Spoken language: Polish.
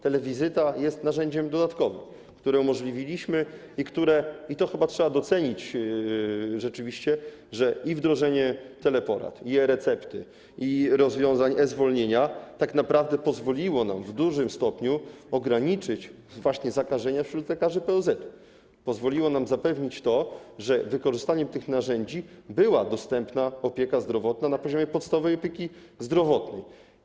Telewizyta jest narzędziem dodatkowym, które umożliwiliśmy i które - to chyba trzeba docenić rzeczywiście, jeżeli chodzi o wdrożenie teleporad, e-recept i rozwiązań dotyczących e-zwolnienia - tak naprawdę pozwoliło nam w dużym stopniu ograniczyć zakażenia właśnie wśród lekarzy POZ, pozwoliło nam zapewnić to, że dzięki wykorzystaniu tych narzędzi była dostępna opieka zdrowotna na poziomie podstawowej opieki zdrowotnej.